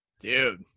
Dude